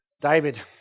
David